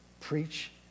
preach